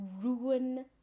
ruin